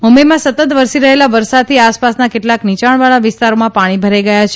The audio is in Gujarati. મુંબઇમાં સતત વરસી રહેલા વરસાદથી આસપાસના કેટલાક નિયાણવાળા વિસ્તારોમાં પાણી ભરાઇ ગથા છે